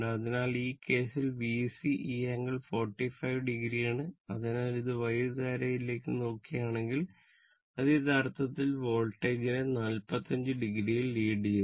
അതിനാൽ ഈ കേസിൽ VC ലീഡ് ചെയ്യുന്നു